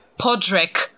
Podrick